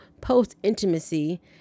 post-intimacy